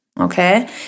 Okay